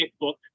book